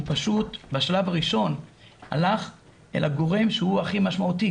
הוא פשוט בשלב הראשון הלך אל הגורם שהוא הכי משמעותי,